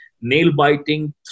Nail-biting